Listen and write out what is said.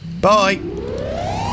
Bye